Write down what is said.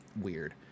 weird